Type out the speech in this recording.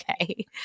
Okay